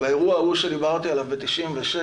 באירוע ההוא שדיברתי עליו ב-96'